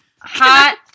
hot